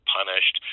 punished